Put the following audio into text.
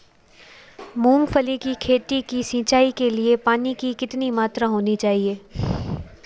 मूंगफली की खेती की सिंचाई के लिए पानी की कितनी मात्रा होनी चाहिए?